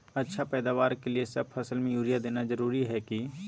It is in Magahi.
अच्छा पैदावार के लिए सब फसल में यूरिया देना जरुरी है की?